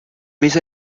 mais